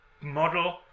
model